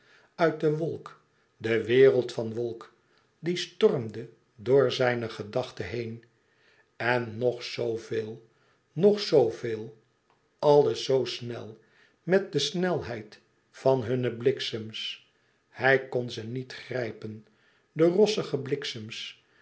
uit de wolk de wereld van wolk die stormde door zijne gedachte heen en nog zooveel nog zooveel alles zoo snel met de snelheid van hunne bliksems hij kon ze niet grijpen de rossige